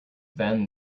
then